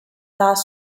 thus